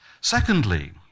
Secondly